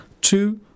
Two